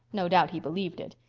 no doubt he believed it.